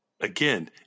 Again